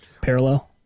parallel